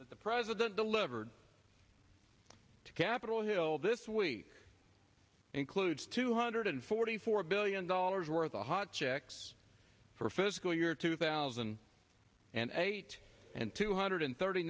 that the president delivered to capitol hill this week includes two hundred forty four billion dollars worth of hot checks for fiscal year two thousand and eight and two hundred thirty